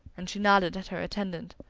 and she nodded at her attendant.